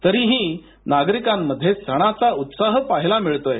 तरीही नागरिकांमध्ये सणाचा उत्साह पाहायला मिळतोय